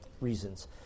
reasons